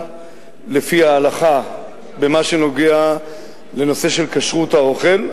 לפי ההלכה במה שנוגע לנושא של כשרות האוכל,